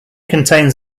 contains